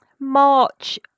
March